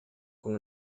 con